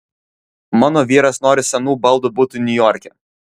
mano vyras nori senų baldų butui niujorke